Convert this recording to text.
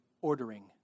ordering